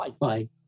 Bye